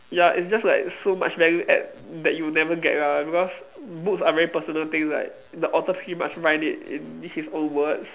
ya it's just like so much value add that you'll never get ah because books are very personal things like the author pretty much write it in his own words